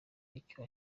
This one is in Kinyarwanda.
icyo